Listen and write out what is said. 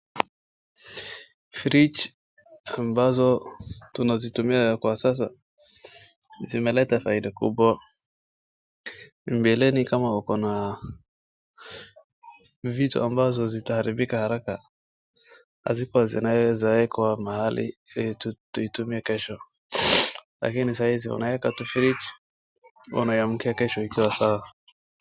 Fridge ambazo tunazotumia kwa sasa zimeleta faida kubwa. Mbeleni kama wako na vitu amabazo zitaharibika haraka hazikua zinawezawekwa mahali tuitumie kesho lakini sahi tunaweka kwa fridge unaiamkia kesho iko sawa.